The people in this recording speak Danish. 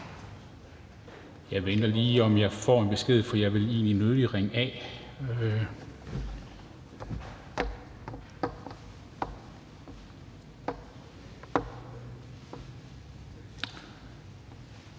Jeg venter lige og ser, om jeg får en besked, for jeg vil egentlig nødig ringe af.